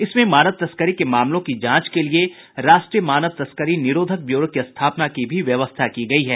इसमें मानव तस्करी के मामलों की जांच के लिए राष्ट्रीय मानव तस्करी निरोधक ब्यूरो की स्थापना की भी व्यवस्था की गई है